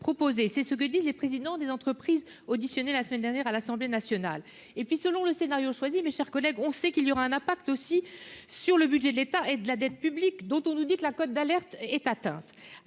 C'est ce qu'affirment les présidents des entreprises auditionnées la semaine dernière à l'Assemblée nationale. Par ailleurs, selon le scénario choisi, nous savons qu'il y aura un impact sur le budget de l'État et sur la dette publique, dont on nous dit que la « cote d'alerte » est atteinte.